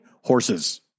horses